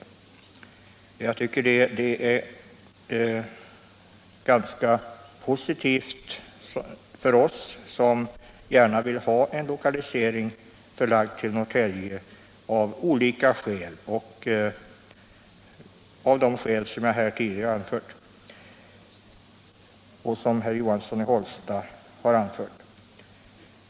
Jag tycker det är ganska positivt för oss som gärna vill ha en lokalisering till Norrtälje av de skäl som herr Johansson i Hållsta och jag här tidigare har anfört.